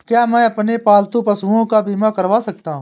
क्या मैं अपने पालतू पशुओं का बीमा करवा सकता हूं?